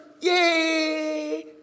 yay